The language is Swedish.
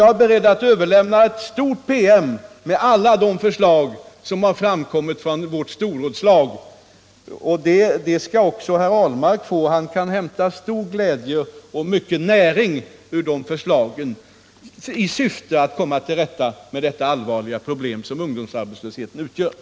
Jag är beredd att överlämna en lång PM med alla de förslag som har framkommit från vårt storrådslag. Den promemorian skall också herr Ahlmark få. Han kan hämta stor glädje och mycken näring ur de förslagen, i syfte att komma till rätta med det mycket allvarliga problem som ungdomsarbetslösheten innebär.